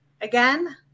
again